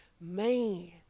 man